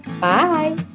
Bye